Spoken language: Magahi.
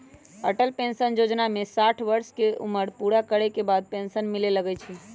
अटल पेंशन जोजना में साठ वर्ष के उमर पूरा करे के बाद पेन्सन मिले लगैए छइ